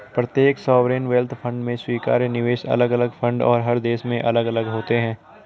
प्रत्येक sovereign wealth fund में स्वीकार्य निवेश अलग अलग फंड और हर देश में अलग अलग होते हैं